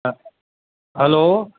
hello